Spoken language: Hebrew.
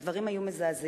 והדברים היו מזעזעים.